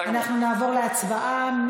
נעבור להצבעה.